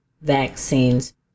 vaccines